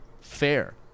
Fair